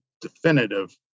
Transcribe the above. definitive